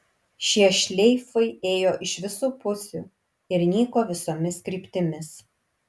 šie šleifai ėjo iš visų pusių ir nyko visomis kryptimis